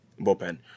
bullpen